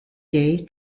day